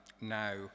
now